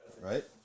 Right